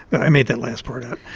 but i made that last part up.